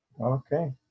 Okay